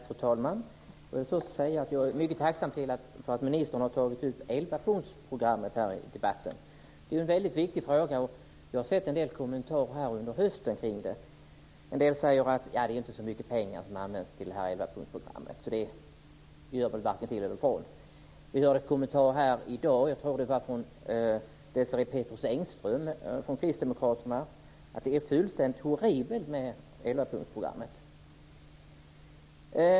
Fru talman! Jag vill först säga att jag är mycket tacksam för att ministern har tagit upp elvapunktsprogrammet här i debatten. Det är ju en väldigt viktig fråga, och jag har sett en del kommentarer kring det under hösten. En del säger att det inte är så mycket pengar som används till elvapunktsprogrammet, så det gör väl varken till eller från. Vi hörde en kommentar här i dag - jag tror att det var från Désirée Pethrus Engström från kristdemokraterna - om att det är fullständigt horribelt med elvapunktsprogrammet.